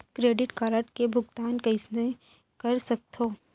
Credit card के भुगतान कइसने कर सकथो?